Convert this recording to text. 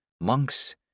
monks